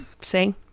See